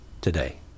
today